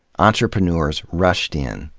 entrepreneurs rushed in,